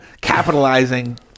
capitalizing